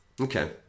Okay